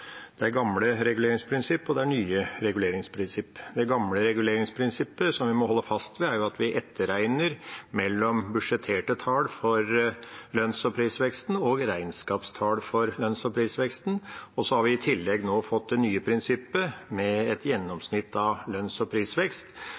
det med reguleringsprinsipper. Det er gamle reguleringsprinsipper, og det er nye reguleringsprinsipper. Det gamle reguleringsprinsippet som vi må holde fast ved, er at vi etterregner mellom budsjetterte tall for lønns- og prisveksten og regnskapstall for lønns- og prisveksten. Så har vi i tillegg nå fått det nye prinsippet med et